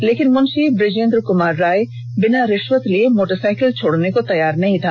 लेकिन मुंशी बिजेन्द्र कमार राय बिना रिष्वत लिये मोटरसाइकिल छोड़ने को तैयार नहीं था